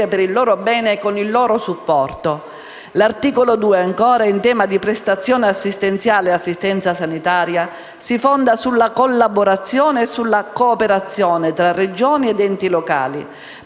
per il loro bene e con il loro supporto. L'articolo 2, ancora, in tema di prestazioni assistenziali e assistenza sanitaria, si fonda sulla collaborazione e sulla cooperazione tra Regioni ed enti locali,